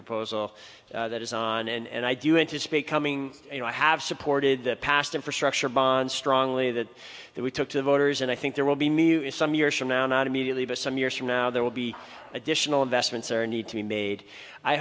proposal that is on and i do anticipate coming you know i have supported the past infrastructure bond strongly that that we took to the voters and i think there will be need is some years from now not immediately but some years from now there will be additional investments or need to be made i